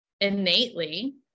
innately